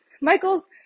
Michael's